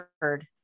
heard